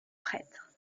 prêtres